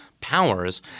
powers